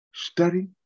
Study